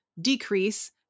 decrease